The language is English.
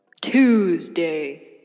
Tuesday